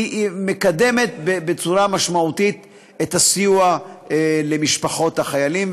היא מקדמת בצורה משמעותית את הסיוע למשפחות החיילים,